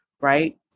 right